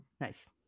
Nice